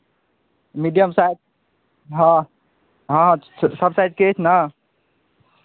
medium size हँ हँ सभ साइजके अछि ने